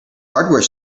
hardware